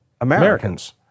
Americans